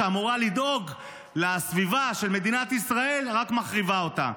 שאמורה לדאוג לסביבה של מדינת ישראל ורק מחריבה אותה.